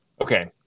okay